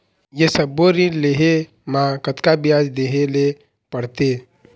ये सब्बो ऋण लहे मा कतका ब्याज देहें ले पड़ते?